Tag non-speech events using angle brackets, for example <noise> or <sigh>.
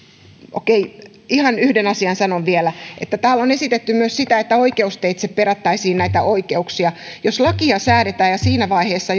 okei ihan yhden asian sanon vielä täällä on esitetty myös sitä että oikeusteitse perättäisiin näitä oikeuksia jos lakia säädetään ja siinä vaiheessa <unintelligible>